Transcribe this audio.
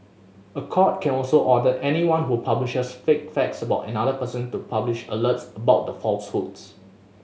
a court can also order anyone who publishes false facts about another person to publish alerts about the falsehoods